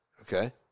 Okay